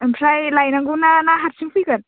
ओमफ्राय लायनांगौना ना हारसिं फैगोन